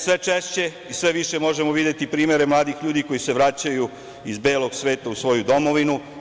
Sve češće i sve više možemo videti primere mladih ljudi koji se vraćaju iz belog sveta u svoju domovinu.